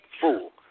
fool